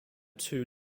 two